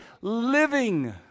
living